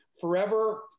Forever